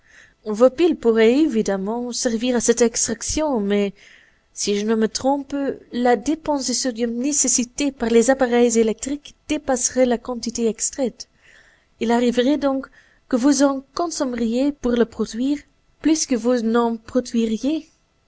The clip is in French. vos piles pourraient évidemment servir à cette extraction mais si je ne me trompe la dépense du sodium nécessitée par les appareils électriques dépasserait la quantité extraite il arriverait donc que vous en consommeriez pour le produire plus que vous n'en